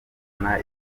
kubona